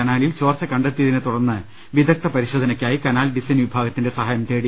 കനാലിൽ ചോർച്ച കണ്ടെത്തിയതിനെ തുടർന്ന് വിദഗ്ദ്ധ പരിശോധനയ്ക്കായി കനാൽ ഡിസൈൻ വിഭാഗത്തിന്റെ സഹായം തേടി